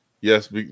yes